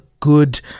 good